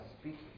speaking